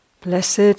blessed